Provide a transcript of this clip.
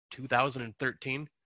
2013